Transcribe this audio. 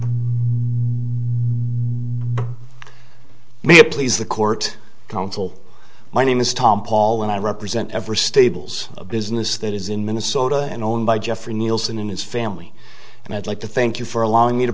me please the court counsel my name is tom paul and i represent every stables of business that is in minnesota and owned by jeffrey nielsen in his family and i'd like to thank you for allowing me to